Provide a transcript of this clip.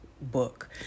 book